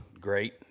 great